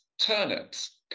turnips